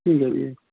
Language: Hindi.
ठीक है भैया